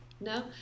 no